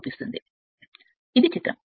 ఇప్పుడు ఇది వాస్తవానికి చిత్రం